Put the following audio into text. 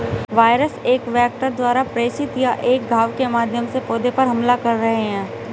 virus एक vector द्वारा प्रेषित या एक घाव के माध्यम से पौधे पर हमला कर रहे हैं